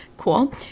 cool